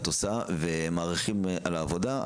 עושה בתחום הבריאות ומעריכים את העבודה שלך.